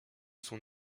son